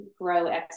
grow